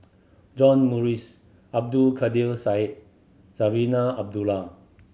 John Morrice Abdul Kadir Syed Zarinah Abdullah